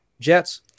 Jets